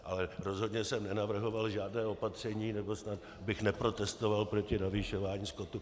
Ale rozhodně jsem nenavrhoval žádné opatření, nebo snad bych neprotestoval proti navyšování skotu.